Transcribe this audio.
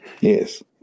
yes